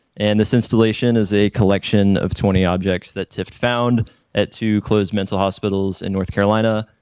and this installation is a collection of twenty objects that tiff found at to close mental hospitals in north carolina.